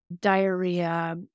diarrhea